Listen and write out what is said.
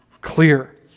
clear